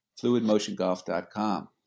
fluidmotiongolf.com